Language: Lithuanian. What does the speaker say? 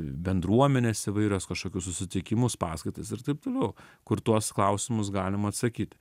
bendruomenės įvairios kažkokius susitikimus paskaitas ir taip toliau kur tuos klausimus galima atsakyti